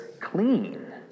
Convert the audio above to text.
clean